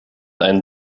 ein